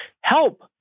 help